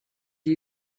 you